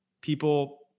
People